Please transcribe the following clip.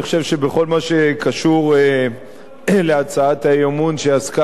אני חושב שבכל מה שקשור להצעת האי-אמון שעסקה